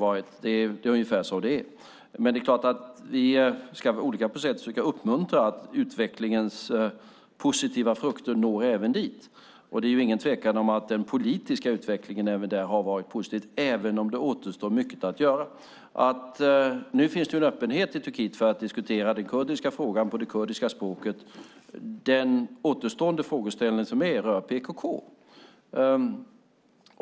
Vi ska naturligtvis på olika sätt försöka uppmuntra att utvecklingens positiva frukter når även dit. Det är ingen tvekan om att den politiska utvecklingen har varit positiv där också, även om mycket återstår att göra. Nu finns det en öppenhet i Turkiet för att diskutera den kurdiska frågan på det kurdiska språket. Den återstående frågan rör PKK.